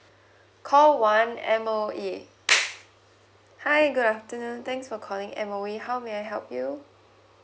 call one M_O_E hi good afternoon thanks for calling M_O_E how may I help you